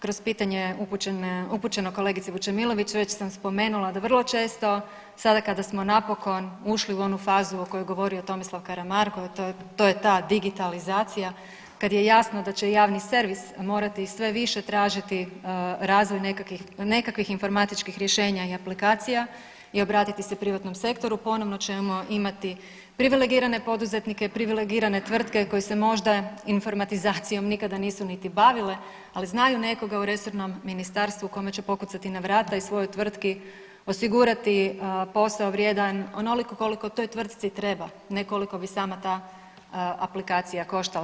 Kroz pitanje upućeno kolegici Vučemilović već sam spomenula da vrlo često sada kada smo napokon ušli u onu fazu o kojoj je govorio Tomislav Karamarko, to je ta digitalizacija, kad je jasno da će javni servis morati sve više tražiti razvoj nekakvih informatičkih rješenja i aplikacija i obratiti se privatnom sektoru, ponovno ćemo imati privilegirane poduzetnike i privilegirane tvrtke koji se možda informatizacijom nikada nisu niti bavile, ali znaju nekoga u resornom ministarstvu kome će pokucati na vrata i svojoj tvrtki osigurati posao vrijedan onoliko koliko toj tvrtci treba, ne koliko bi sama ta aplikacija koštala.